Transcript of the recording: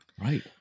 Right